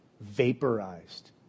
vaporized